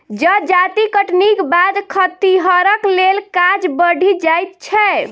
जजाति कटनीक बाद खतिहरक लेल काज बढ़ि जाइत छै